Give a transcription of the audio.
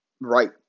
right